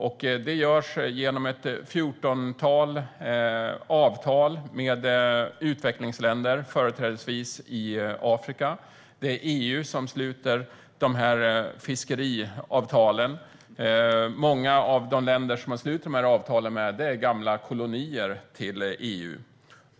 EU har slutit ett fjortontal fiskeriavtal med utvecklingsländer, företrädesvis i Afrika, och många av de länderna är gamla kolonier till EU.